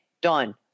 Done